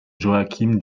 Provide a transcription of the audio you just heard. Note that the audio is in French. joachim